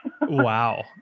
Wow